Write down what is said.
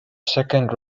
second